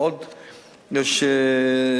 יש,